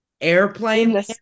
airplane